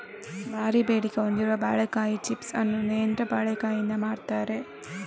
ಭಾರೀ ಬೇಡಿಕೆ ಹೊಂದಿರುವ ಬಾಳೆಕಾಯಿ ಚಿಪ್ಸ್ ಅನ್ನು ನೇಂದ್ರ ಬಾಳೆಕಾಯಿಯಿಂದ ಮಾಡ್ತಾರೆ